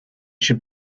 should